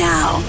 Now